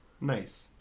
Nice